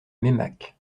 meymac